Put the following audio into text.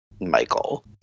michael